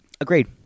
Agreed